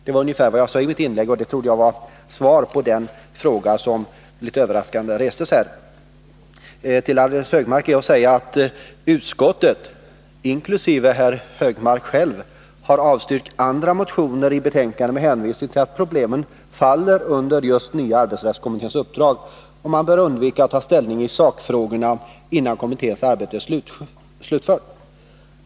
Det var ungefär vad jag sade i mitt inlägg, och det trodde jag var svar på den fråga som litet överraskande restes här. Därutöver är att säga att utskottet, inkl. Anders Högmark själv, i betänkandet har avstyrkt andra motioner med hänvisning till att problemen faller under just nya arbetsrättskommitténs uppdrag och att man bör undvika att ta ställning i sakfrågorna innan kommitténs arbete är slutfört.